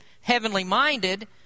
heavenly-minded